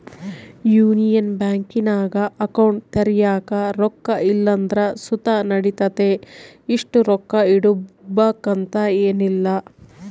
union ಬ್ಯಾಂಕಿನಾಗ account ತೆರ್ಯಾಕ ರೊಕ್ಕ ಇಲ್ಲಂದ್ರ ಸುತ ನಡಿತತೆ, ಇಷ್ಟು ರೊಕ್ಕ ಇಡುಬಕಂತ ಏನಿಲ್ಲ